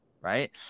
right